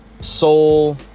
soul